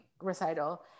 recital